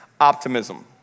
optimism